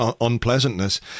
unpleasantness